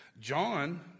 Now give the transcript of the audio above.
John